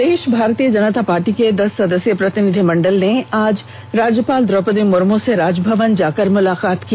प्रदेष भारतीय जनता पार्टी के दस सदस्यीय प्रतिनिधिमंडल ने आज राज्यपाल द्रौपदी मुर्मू से राजभवन जाकर मुलाकात की